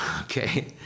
okay